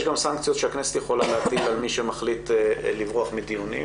יש גם סנקציות שהכנסת יכולה להטיל על מי שמחליט לברוח מדיונים,